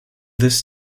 this